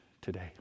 today